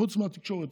חוץ מהתקשורת.